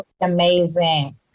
Amazing